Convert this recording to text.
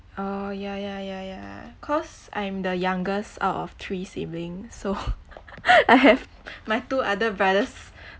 oh ya ya ya ya cause I'm the youngest out of three siblings so I have my two other brothers